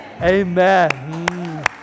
Amen